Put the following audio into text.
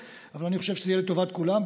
אבל אני חושב שזה יהיה לטובת כולם,